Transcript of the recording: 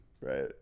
Right